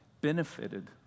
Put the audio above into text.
benefited